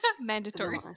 Mandatory